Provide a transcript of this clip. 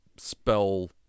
spell